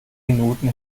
minuten